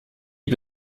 mir